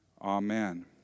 Amen